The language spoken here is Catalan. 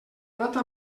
data